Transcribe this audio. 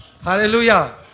Hallelujah